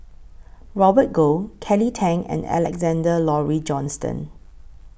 Robert Goh Kelly Tang and Alexander Laurie Johnston